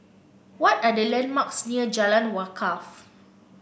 what are the landmarks near Jalan Wakaff